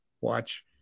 watch